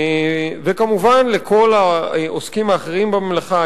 וכמובן לכל העוסקים האחרים במלאכה,